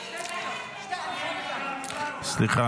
חברת הכנסת גלית דיסטל אטבריאן ------ סליחה,